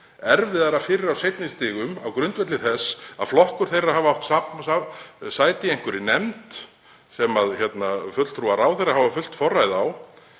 erfiðara fyrir á seinni stigum á grundvelli þess að flokkur þeirra hafi átt sæti í einhverri nefnd sem fulltrúar ráðherra hafa fullt forræði